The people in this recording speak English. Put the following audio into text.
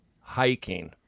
hiking